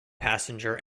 passenger